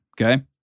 okay